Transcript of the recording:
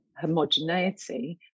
homogeneity